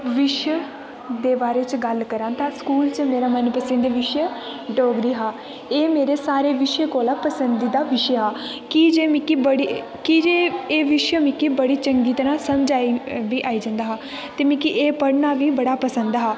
बिशे दे बारे च गल्ल करां ते स्कूल च मेरा मन पसिंद बिशे डोगरी हा एह् मेरे सारे बिशे कोला पंसदीदा बिशे हा की जे मिकी बड़ी की जे एह् बिशे मिकी बड़ी चंगी तरह समझ आई बी आई जंदा हा ते मिकी एह् पढ़ना बी बड़ा पसंद हा